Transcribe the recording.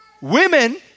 Women